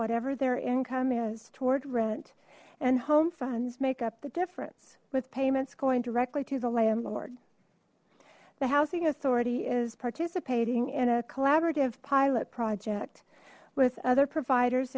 whatever their income is toward rent and home funds make up the difference with payments going directly to the landlord the housing authority is participating in a collaborative pilot project with other providers